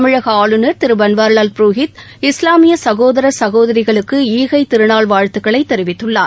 தமிழக ஆளுநர் திரு பன்வாரிவால் புரோஹித் இஸ்லாமிய சகோதார சகோதிரிகளுக்கு ஈகை திருநாள் வாழ்த்துக்களை தெரிவித்துள்ளார்